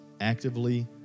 actively